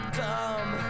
dumb